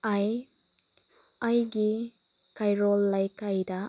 ꯑꯩ ꯑꯩꯒꯤ ꯀꯩꯔꯣꯏ ꯂꯩꯀꯥꯏꯗ